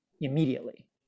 Immediately